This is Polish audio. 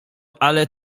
ale